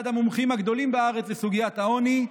אחד המומחים הגדולים בארץ לסוגיית העוני,